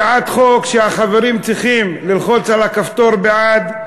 בהצעת חוק, שהחברים צריכים ללחוץ על הכפתור "בעד",